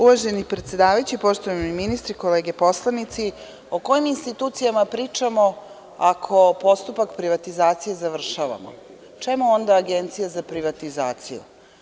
Uvaženi predsedavajući, poštovani ministri, kolege poslanici, o kojim institucijama pričamo ako postupak privatizacije završavamo, čemu onda Agencije za privatizaciju?